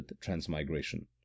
transmigration